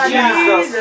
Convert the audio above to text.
Jesus